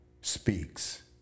speaks